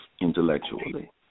intellectually